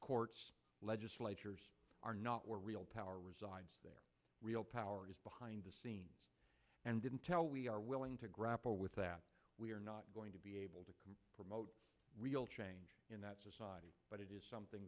courts legislatures are not where real power resides their real power is behind the scenes and intel we are willing to grapple with that we are not going to be able to promote real change in that society but it is something